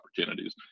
opportunities